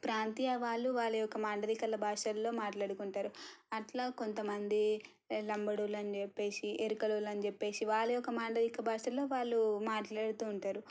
ప్రాంతీయ వాళ్ళు వాళ్ళ యొక్క మాండలికాల భాషల్లో మాట్లాడుకుంటారు అట్లా కొంత మంది లంబడి వాళ్ళు అని చెప్పేసి ఎరకల వాళ్ళు అని చెప్పేసి వాళ్ళ యొక్క మాండలిక భాషల్లో వాళ్ళు మాట్లాడుతూ ఉంటారు